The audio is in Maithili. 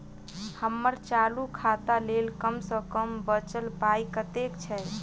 हम्मर चालू खाता लेल कम सँ कम बचल पाइ कतेक छै?